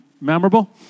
memorable